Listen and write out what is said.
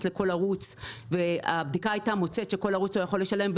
לכל ערוץ והבדיקה הייתה מוצאת שכל ערוץ לא יכול לשלם,